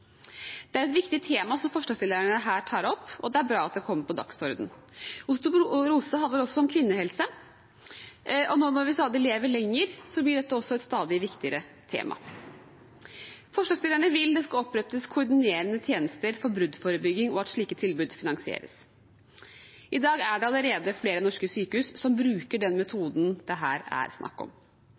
Det er et viktig tema som forslagsstillerne her tar opp, og det er bra at det kommer på dagsordenen. Osteoporose handler også om kvinnehelse, og nå når vi lever stadig lenger, blir dette også et stadig viktigere tema. Forslagsstillerne vil at det skal opprettes koordinerende tjenester for bruddforebygging, og at slike tilbud finansieres. I dag er det allerede flere norske sykehus som bruker den metoden det her er snakk om.